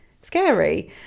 scary